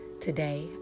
Today